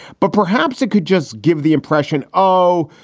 but perhaps it could just give the impression, oh,